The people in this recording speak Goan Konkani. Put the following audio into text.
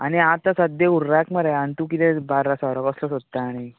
आनी आता सद्याक हुर्राक मरे आनी तूं कितें बार सोरो कसलो सोदता आनी